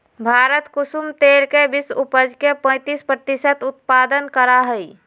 भारत कुसुम तेल के विश्व उपज के पैंतीस प्रतिशत उत्पादन करा हई